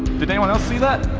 anyone else see that?